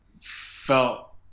felt